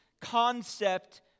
concept